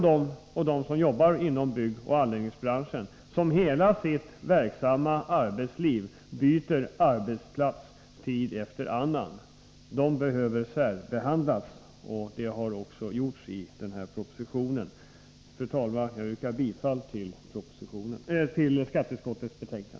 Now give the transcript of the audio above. De som jobbar inom byggoch anläggningsbranschen, som hela sitt verksamma arbetsliv byter arbetsplats tid efter annan, behöver särbehandlas. Det har också skett genom denna skrivning. Fru talman! Jag yrkar bifall till skatteutskottets hemställan.